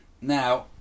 now